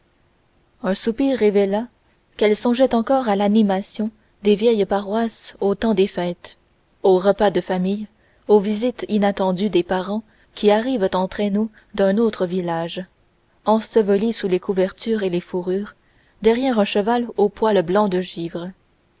un soupir révéla qu'elle songeait encore à l'animation des vieilles paroisses au temps des fêtes aux repas de famille aux visites inattendues des parents qui arrivent en traîneau d'un autre village ensevelis sous les couvertures et les fourrures derrière un cheval au poil blanc de givre